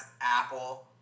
Apple